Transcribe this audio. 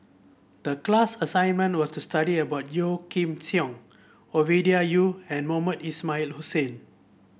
the class assignment was to study about Yeo Kim Seng Ovidia Yu and Mohamed Ismail Hussain